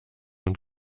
und